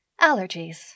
allergies